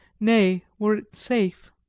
nay, were it safe!